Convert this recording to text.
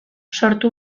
sortu